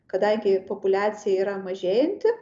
kadangi populiacija yra mažėjanti